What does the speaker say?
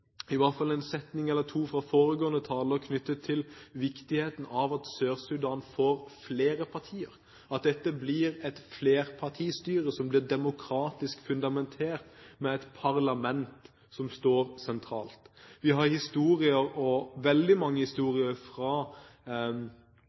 i hvert fall en setning eller to fra foregående taler knyttet til viktigheten av at Sør-Sudan får flere partier, at dette blir et flerpartistyre som blir demokratisk fundamentert, med et parlament som står sentralt. Vi har historier – veldig mange